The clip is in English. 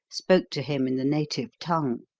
spoke to him in the native tongue.